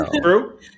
true